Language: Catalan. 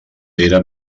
era